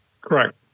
Correct